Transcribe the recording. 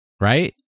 Right